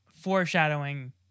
foreshadowing